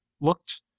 looked